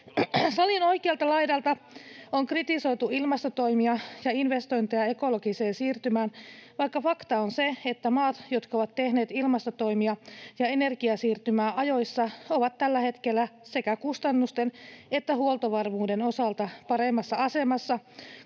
Salin oikealta laidalta on kritisoitu ilmastotoimia ja investointeja ekologiseen siirtymään, vaikka fakta on se, että maat, jotka ovat tehneet ilmastotoimia ja energiasiirtymää ajoissa, ovat tällä hetkellä sekä kustannusten että huoltovarmuuden osalta paremmassa asemassa